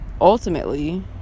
ultimately